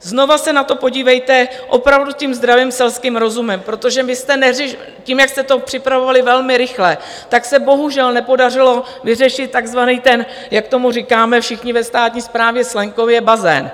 Znovu se na to podívejte opravdu zdravým selským rozumem, protože tím, jak jste to připravovali velmi rychle, tak se bohužel nepodařilo vyřešit takzvaný ten jak tomu říkáme všichni ve státní správě slangově bazén.